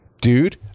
dude